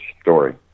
story